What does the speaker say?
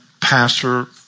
pastor